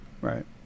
right